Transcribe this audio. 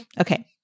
Okay